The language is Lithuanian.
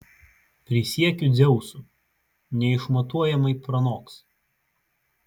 prisiekiu dzeusu neišmatuojamai pranoks